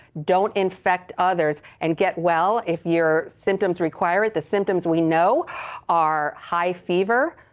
don't infect others, and get well if your symptoms require it, the symptoms we know are high fever,